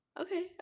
okay